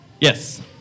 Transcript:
Yes